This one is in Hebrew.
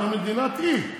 אנחנו מדינת אי.